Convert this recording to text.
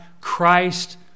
Christ